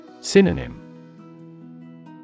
Synonym